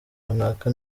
runaka